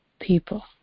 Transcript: people